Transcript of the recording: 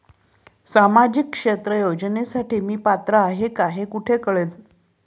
सामाजिक क्षेत्र योजनेसाठी मी पात्र आहे का हे कुठे कळेल?